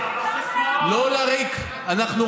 לא, זה